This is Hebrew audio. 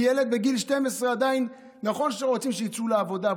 כי ילד בגיל 12 עדיין נכון שרוצים שיצאו לעבודה,